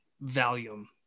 volume